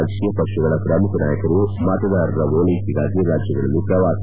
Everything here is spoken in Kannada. ರಾಜಕೀಯ ಪಕ್ಷಗಳ ಪ್ರಮುಖ ನಾಯಕರು ಮತದಾರರ ಓಲ್ಲೆಕೆಗಾಗಿ ರಾಜ್ಯಗಳಲ್ಲಿ ಪ್ರವಾಸ